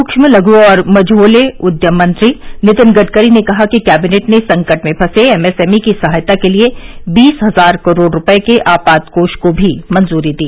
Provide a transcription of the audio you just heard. सूक्ष्म लघु और मझोले उद्यम मंत्री नितिन गडकरी ने कहा कि कैबिनेट ने संकट में फंसे एमएसएमई की सहायता के लिए बीस हजार करोड़ रुपये के आपात कोष को भी मंजूरी दी